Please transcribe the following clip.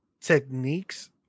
techniques